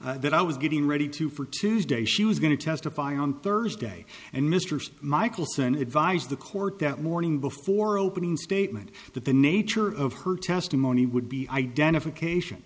that i was getting ready to for tuesday she was going to testify on thursday and mistress michaelson advised the court that morning before opening statement that the nature of her testimony would be identification